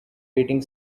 beating